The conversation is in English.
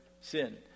sin